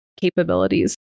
capabilities